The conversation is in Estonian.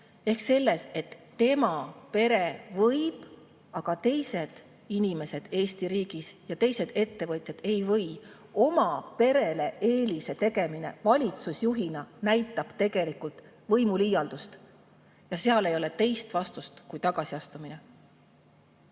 selles, et tema pere võib, aga teised inimesed Eesti riigis ja teised ettevõtjad ei või. Oma perele eelise tegemine valitsusjuhina näitab tegelikult võimuliialdust. Ja seal ei ole teist vastust kui tagasiastumine.